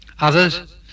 Others